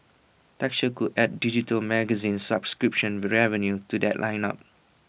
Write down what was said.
texture could add digital magazine subscription revenue to that lineup